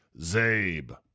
Zabe